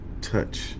touch